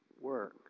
work